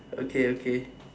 okay okay